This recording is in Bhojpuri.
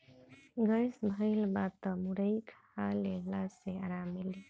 गैस भइल बा तअ मुरई खा लेहला से आराम मिली